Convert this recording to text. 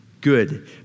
good